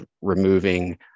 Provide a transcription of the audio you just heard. removing